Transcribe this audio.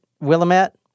Willamette